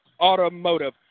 Automotive